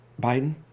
Biden